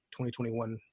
2021